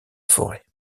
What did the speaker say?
forêt